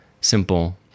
simple